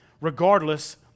Regardless